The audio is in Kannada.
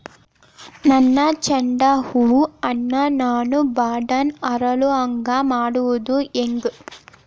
ನನ್ನ ಚಂಡ ಹೂ ಅನ್ನ ನಾನು ಬಡಾನ್ ಅರಳು ಹಾಂಗ ಮಾಡೋದು ಹ್ಯಾಂಗ್?